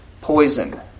Poison